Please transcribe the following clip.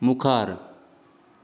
मुखार